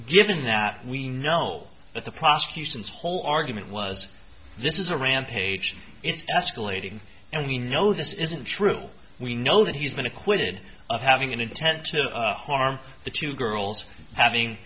given that we know that the prosecution's whole argument was this is a rampage it's escalating and we know this isn't true we know that he's been acquitted of having an intent to harm the two girls having